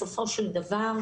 בסופו של דבר,